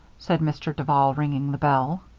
said mr. duval, ringing the bell.